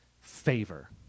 favor